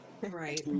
Right